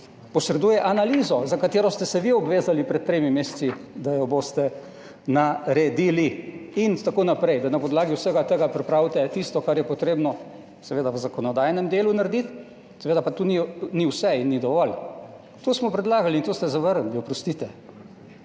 posreduje analizo, za katero ste se vi obvezali pred tremi meseci, da jo boste naredili, in tako naprej, da na podlagi vsega tega pripravite tisto, kar je potrebno seveda v zakonodajnem delu narediti, seveda pa to ni vse in ni dovolj. To smo predlagali in to ste zavrnili, oprostite.